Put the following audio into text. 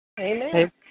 Amen